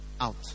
out